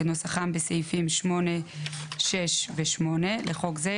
כנוסחם בסעיפים 8(6) ו־(8) לחוק זה,